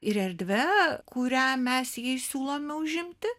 ir erdve kurią mes siūlome užimti